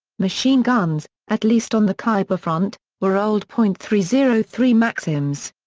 machine guns, at least on the khyber front, were old point three zero three maxims.